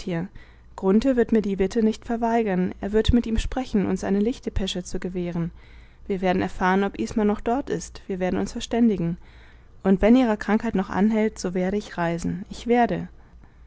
wird mir die bitte nicht verweigern er wird mit ihm sprechen uns eine lichtdepesche zu gewähren wir werden erfahren ob isma noch dort ist wir werden uns verständigen und wenn ihre krankheit noch anhält so werde ich reisen ich werde